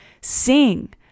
Sing